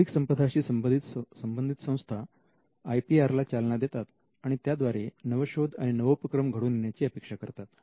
बौद्धिक संपदा शी संबंधित संस्था आय पी आर ला चालना देतात आणि त्याद्वारे नवशोध व नवोपक्रम घडून येण्याची अपेक्षा करतात